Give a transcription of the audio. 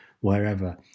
wherever